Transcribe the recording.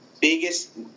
biggest